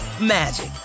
magic